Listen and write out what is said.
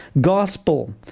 gospel